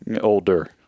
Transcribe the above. older